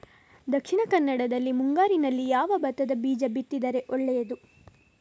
ದಕ್ಷಿಣ ಕನ್ನಡದಲ್ಲಿ ಮುಂಗಾರಿನಲ್ಲಿ ಯಾವ ಭತ್ತದ ಬೀಜ ಬಿತ್ತಿದರೆ ಒಳ್ಳೆಯದು?